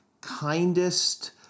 kindest